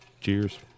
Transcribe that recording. Cheers